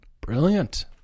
Brilliant